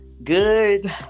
good